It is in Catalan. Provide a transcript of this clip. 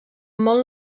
molt